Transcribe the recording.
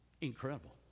incredible